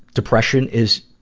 depression is,